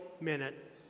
minute